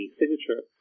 signature